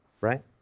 right